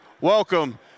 Welcome